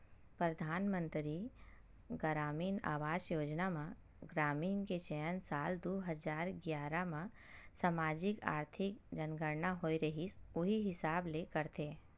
परधानमंतरी गरामीन आवास योजना म ग्रामीन के चयन साल दू हजार गियारा म समाजिक, आरथिक जनगनना होए रिहिस उही हिसाब ले करथे